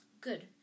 Good